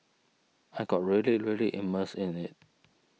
I got really really immersed in it